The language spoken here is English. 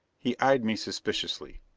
he eyed me suspiciously.